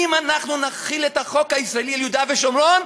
אם אנחנו נחיל את החוק הישראלי על יהודה ושומרון,